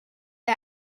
the